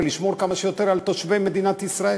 ולשמור כמה שיותר על תושבי מדינת ישראל.